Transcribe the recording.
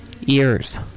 Years